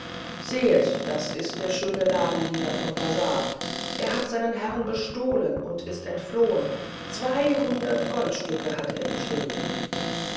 sehet das ist der schöne ladendiener vom bazar er hat seinen herrn bestohlen und ist enflohen zweihundert goldstücke hat er gestohlen